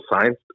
science